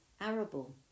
Arable